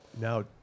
Now